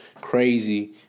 crazy